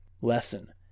Lesson